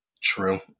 True